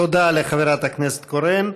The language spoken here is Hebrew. תודה לחברת הכנסת קורן.